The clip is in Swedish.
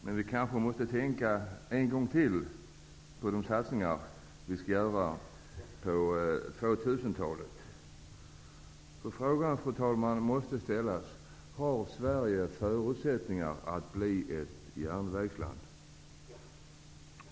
Men vi kanske måste tänka en gång till när det gäller de satsningar vi skall göra på 2000 Fru talman! Frågan måste ställas: Har Sverige förutsättningar att bli ett järnvägsland?